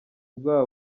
bwa